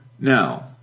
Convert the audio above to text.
Now